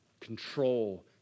Control